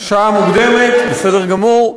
שעה מוקדמת, בסדר גמור.